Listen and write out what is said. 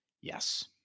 Yes